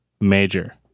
Major